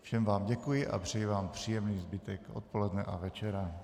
Všem vám děkuji a přeji vám příjemný zbytek odpoledne a večera.